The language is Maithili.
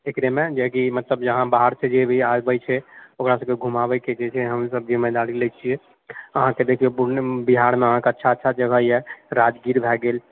एकरेमे मतलब जेकि जहाँ बाहर से जेभी आबैत छै ओकरा सबकऽ घुमाबएके जे छै से हमसभ जिम्मेदारी लए छिऐ अहाँकेँ देखिऔ पूर्ण बिहारमे अहाँकेँ अच्छा अच्छा जगह यऽ राजगीर भए गेल